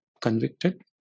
convicted